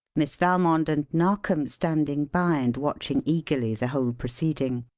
miss valmond and narkom standing by and watching eagerly the whole proceeding.